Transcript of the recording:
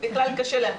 בכלל קשה להם,